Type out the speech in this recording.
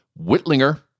Whitlinger